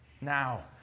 Now